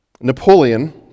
Napoleon